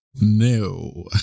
No